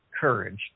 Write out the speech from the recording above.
Courage